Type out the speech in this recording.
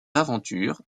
aventures